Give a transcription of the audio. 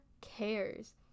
cares